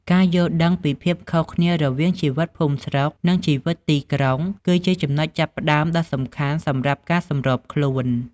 ការយល់ដឹងពីភាពខុសគ្នារវាងជីវិតភូមិស្រុក និងជីវិតទីក្រុង គឺជាចំណុចចាប់ផ្តើមដ៏សំខាន់សម្រាប់ការសម្របខ្លួន។